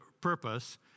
purpose